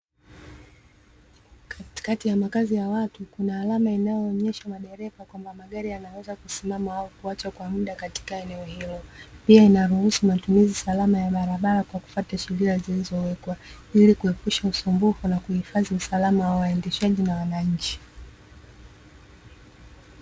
Katikati ya makazi ya watu, kuna alama madereva kwamba magari yanaweza kusimama au kuacha kwa muda katika eneo hilo. Hii inaruhusu matumizi salama ya barabara kwa kufata sheria zilizowekwa ili kuepusha usumbufu na kuhifadhi usalama wa waendeshaji na wananchi.